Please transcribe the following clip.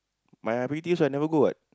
my I_P_P_T also I never go what